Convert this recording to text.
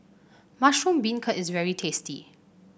Mushroom Beancurd is very tasty